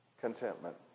Contentment